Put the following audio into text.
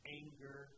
anger